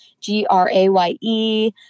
G-R-A-Y-E